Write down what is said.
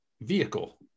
vehicle